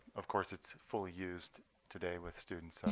of course, it's fully used today with students.